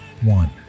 one